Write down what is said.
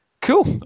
Cool